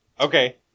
Okay